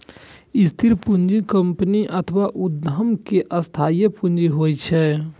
स्थिर पूंजी कंपनी अथवा उद्यम के स्थायी पूंजी होइ छै